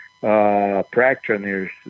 practitioners